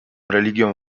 religią